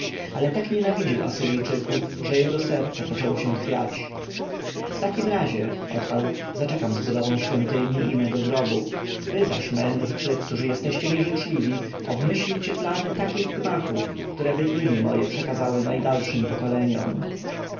ale tak nienawidził asyryjczyków że jego serce poczęło się chwiać w takim razie odparł zaczekam z budową świątyni i mego grobu wy zaś mędrcy którzy jesteście mi życzliwi obmyślcie plany takich gmachów któreby imię moje przekazały najdalszym pokoleniom